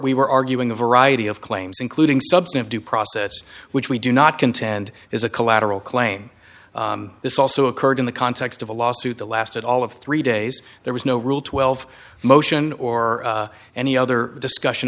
we were arguing a variety of claims including substance due process which we do not contend is a collateral claim this also occurred in the context of a lawsuit the lasted all of three days there was no rule twelve motion or any other discussion